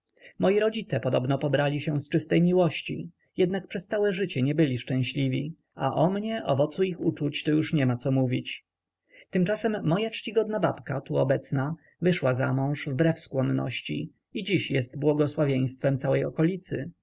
moi rodzice podobno pobrali się z czystej miłości jednak przez całe życie nie byli szczęśliwi a o mnie owocu ich uczuć to już niema co mówić tymczasem moja czcigodna babka tu obecna wyszła za mąż wbrew skłonności i dziś jest błogosławieństwem całej okolicy